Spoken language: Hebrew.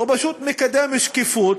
הוא פשוט מקדם שקיפות,